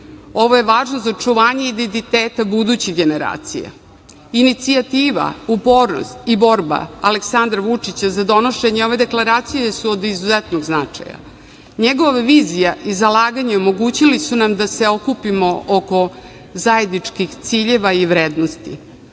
je važno za očuvanje identiteta budućih generacija. Inicijativa, upornost i borba Aleksandra Vučića za donošenje ove deklaracije su od izuzetnog značaja. Njegova vizija i zalaganje omogućili su nam da se okupimo oko zajedničkih ciljeva i vrednosti.